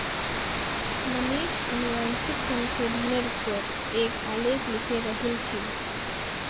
मनीष अनुवांशिक संशोधनेर पर एक आलेख लिखे रहिल छील